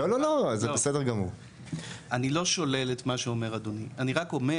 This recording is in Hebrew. אני לא שולל את מה שאומר אדוני, אני רק אומר,